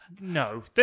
no